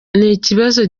ikibazo